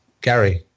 Gary